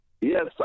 Yes